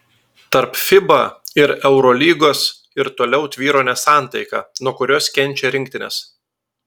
tarp fiba ir eurolygos ir toliau tvyro nesantaika nuo kurios kenčia rinktinės